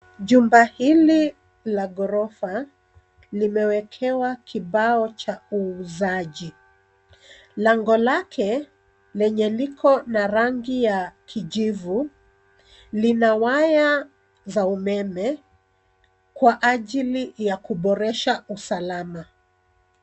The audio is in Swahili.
Jumba hii la ghorofa limewekewa kibao cha uuzaji. Lango lake lenye liko na rangi ya kijivu, lina waya za umeme, kwa ajili ya kuboresha usalama.